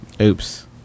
Oops